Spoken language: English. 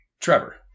Trevor